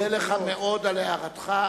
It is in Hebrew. אני מודה לך מאוד על הערתך,